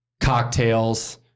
cocktails